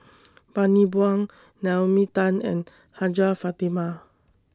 Bani Buang Naomi Tan and Hajjah Fatimah